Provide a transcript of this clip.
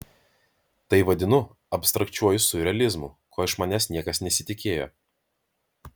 tai vadinu abstrakčiuoju siurrealizmu ko iš manęs niekas nesitikėjo